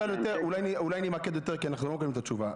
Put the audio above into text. אולי אני אמקד יותר, כי אנחנו לא מקבלים תשובה.